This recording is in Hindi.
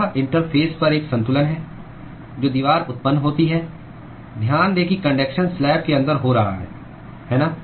यह इंटरफ़ेस पर एक संतुलन है जो दीवार उत्पन्न होती है ध्यान दें कि कन्डक्शन स्लैब के अंदर हो रहा है है ना